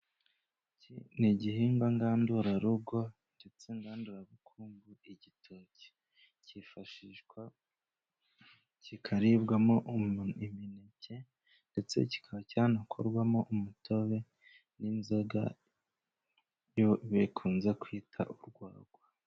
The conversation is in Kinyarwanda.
Ikii ni igihigwa ngandurarugo ndetse ngandurabukungu. Igitoki cyifashishwa kikaribwamo imineke ,ndetse kikaba cyanakorwamo umutobe n'inzoga yo bakunze kwita urwagwa.